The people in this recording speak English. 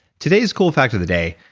today's cool fact of the day,